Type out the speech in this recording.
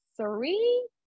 three